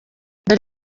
dore